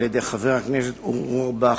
על-ידי חבר הכנסת אורי אורבך,